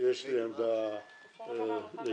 יש לי עמדה ברורה,